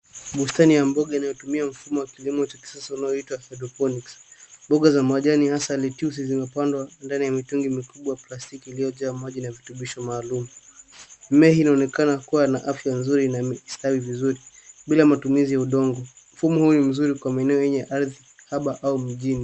Bustani ya mboga inayotumia mfumo wa kilimo cha kisasa unaoitwa hydroponics . Mboga za majani hasa lettuce zimepandwa ndani ya mitungi mikubwa ya plastiki iliyojaa maji na virutubisho maalum. Mimea hii inaonekana kuwa na afya nzuri na imestawi vizuri bila matumizi ya udongo. Mfumo huu ni mzuri kwa meneo yenye ardhi haba au mjini.